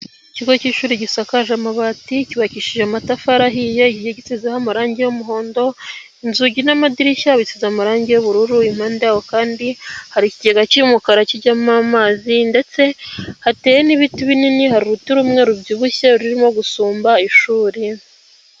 ikigo cy'ishuri gisakaje amabati cyubakishije amatafari ahiye gitezeho amarangi y'umuhondo, inzugi n'amadirishya bisize amarangi y'ubururu, impande yaho kandi hari ikigega cy'umukara kijyamo amazi ndetse hateye n'ibiti binini hari uruti rumwe rubyibushye rurimo gusumba ishuri.